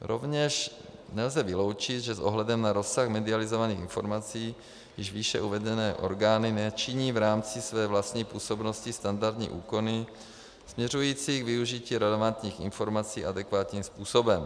Rovněž nelze vyloučit, že s ohledem na rozsah medializovaných informací již výše uvedené orgány nečiní v rámci své vlastní působnosti standardní úkony směřující k využití relevantních informací adekvátním způsobem.